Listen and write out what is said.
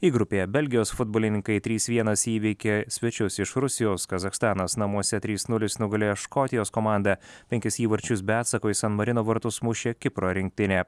i grupėje belgijos futbolininkai trys vienas įveikė svečius iš rusijos kazachstanas namuose trys nulis nugalėjo škotijos komandą penkis įvarčius be atsako į san marino vartus mušė kipro rinktinė